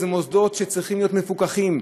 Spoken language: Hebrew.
אלה מוסדות שצריכים להיות מפוקחים.